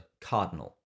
cardinal